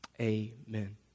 Amen